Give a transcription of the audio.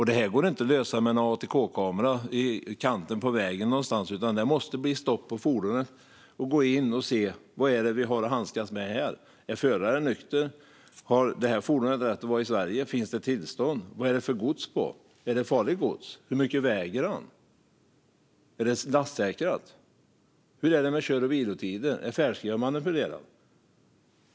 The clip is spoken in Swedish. Detta går inte att lösa med en ATK-kamera i kanten på vägen, utan fordonet måste stoppas. Man måste gå in och se vad man har att handskas med. Är föraren nykter? Har fordonet tillstånd att vara i Sverige? Vad är det för gods på? Är godset farligt? Hur mycket väger det? Är det lastsäkrat? Hur är det med kör och vilotider? Är färdskrivaren manipulerad?